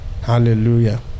Hallelujah